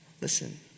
Listen